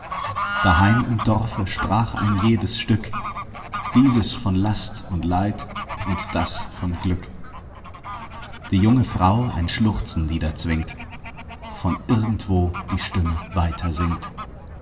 daheim im dorfe sprach ein jedes stück dieses von last und leid und das von glück die junge frau ein schluchzen niederzwingt von irgendwo die stimme